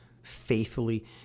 faithfully